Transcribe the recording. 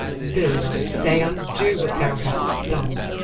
villain, i say, undo what thou hast done!